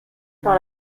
par